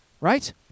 Right